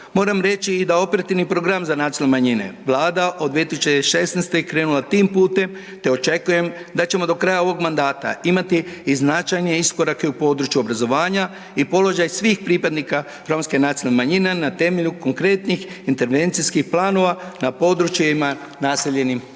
Moram reći i da Operativni program za nacionalne manjine Vlada od 2016. je krenula tim putem te očekujem da ćemo do kraja ovog mandata imati i značajne iskorake u području obrazovanja i položaj svih pripadnika romske nacionalne manjine na temelju konkretnih intervencijskih planova na područjima naseljenim